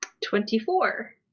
Twenty-four